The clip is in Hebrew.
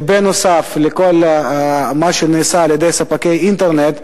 שבנוסף לכל מה שנעשה על-ידי ספקי אינטרנט,